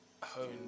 Hone